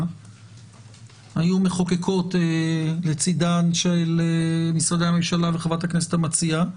היו מחוקקות לצד משרדי הממשלה וחברת הכנסת המציעה.